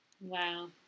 Wow